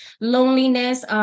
loneliness